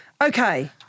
Okay